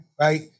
Right